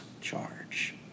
charge